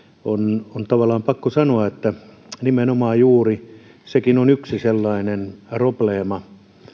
on on tavallaan pakko sanoa että nimenomaan juuri sekin on yksi sellainen probleema